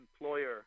employer